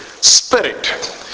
spirit